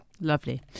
lovely